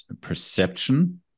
perception